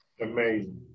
Amazing